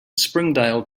springdale